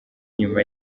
nyuma